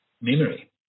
memory